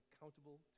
accountable